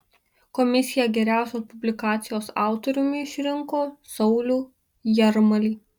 komisija geriausios publikacijos autoriumi išrinko saulių jarmalį